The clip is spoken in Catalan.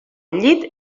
llit